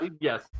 Yes